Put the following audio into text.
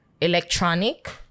electronic